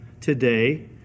today